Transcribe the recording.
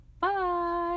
bye